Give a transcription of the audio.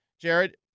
Jared